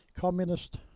communist